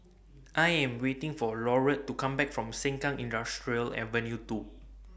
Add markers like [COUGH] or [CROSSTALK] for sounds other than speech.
[NOISE] I Am waiting For Laurette to Come Back from Sengkang Industrial Ave two